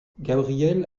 gabriel